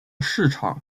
市场